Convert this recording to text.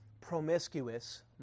promiscuous